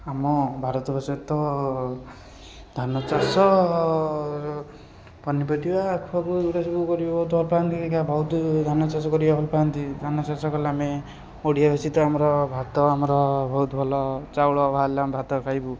ଆମ ଭାରତବର୍ଷରେ ତ ଧାନଚାଷ ପନିପରିବା ଆଖୁ ପାଖୁ ଏଇଗୁରା ସବୁ ବହୁତ ଧାନଚାଷ କରିବାକୁ ଭଲପାଆନ୍ତି ଧାନଚାଷ କଲେ ଆମେ ଓଡ଼ିଆ ବେଶୀ ତ ଆମର ଭାତ ଆମର ବହୁତ ଭଲ ଚାଉଳ ବାହାରିଲେ ଆମେ ଭାତ ଖାଇବୁ